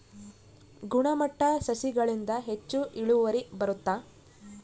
ಗುಣಮಟ್ಟ ಸಸಿಗಳಿಂದ ಹೆಚ್ಚು ಇಳುವರಿ ಬರುತ್ತಾ?